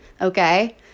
okay